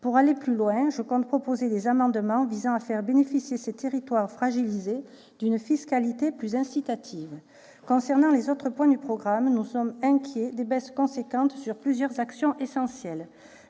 Pour aller plus loin, je compte proposer des amendements visant à faire bénéficier ces territoires fragilisés d'une fiscalité plus incitative. J'en viens aux autres points du programme. Nous nous inquiétons des baisses importantes sur plusieurs actions essentielles